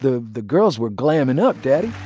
the the girls were glamming up, daddy